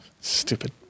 Stupid